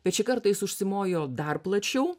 bet šį kartą jis užsimojo dar plačiau